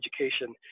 education